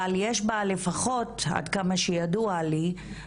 אבל יש בה לפחות, עד כמה שידוע לי,